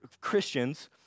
Christians